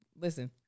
Listen